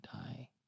die